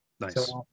Nice